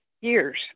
years